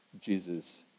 Jesus